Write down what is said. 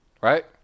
Right